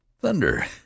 Thunder